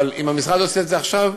אבל אם המשרד עושה את זה עכשיו,